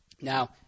Now